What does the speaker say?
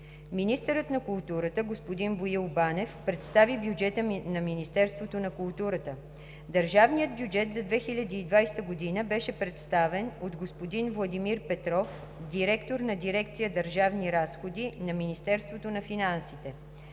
Министърът на културата господин Боил Банев представи бюджета на Министерството на културата. Държавният бюджет за 2020 г. беше представен от господин Владимир Петров – директор на дирекция „Държавни разходи“ на Министерството на финансите.